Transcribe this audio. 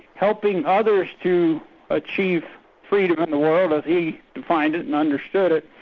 helping others to achieve freedom in the world, as he defined it and understood it,